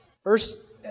First